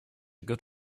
good